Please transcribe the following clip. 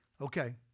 Okay